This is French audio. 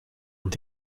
ont